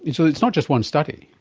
it's ah it's not just one study.